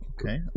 okay